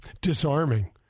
disarming